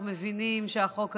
אנחנו מבינים שהחוק הזה,